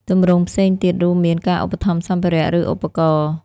ទម្រង់ផ្សេងទៀតរួមមាន ការឧបត្ថម្ភសម្ភារៈ ឬឧបករណ៍។